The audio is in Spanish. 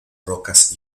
rocas